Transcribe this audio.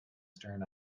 stern